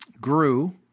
grew